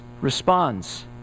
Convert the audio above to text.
responds